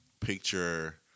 picture